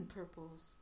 purples